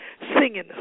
singing